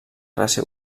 classe